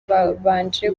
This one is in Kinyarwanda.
babanje